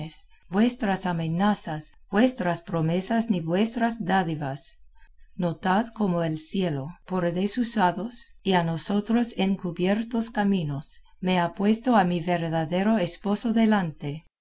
vuestras amenazas vuestras promesas ni vuestras dádivas notad cómo el cielo por desusados y a nosotros encubiertos caminos me ha puesto a mi verdadero esposo delante